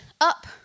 up